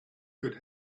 could